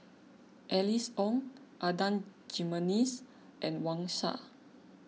Alice Ong Adan Jimenez and Wang Sha